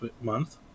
month